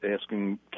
asking